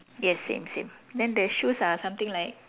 yes same same then the shoes are something like